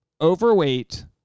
overweight